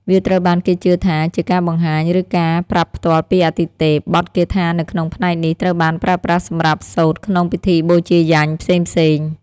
វាត្រូវបានគេជឿថាជាការបង្ហាញ ឬការប្រាប់ផ្ទាល់ពីអាទិទេព។ បទគាថានៅក្នុងផ្នែកនេះត្រូវបានប្រើប្រាស់សម្រាប់សូត្រក្នុង ពិធីបូជាយញ្ញ ផ្សេងៗ។